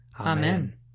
Amen